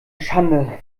schande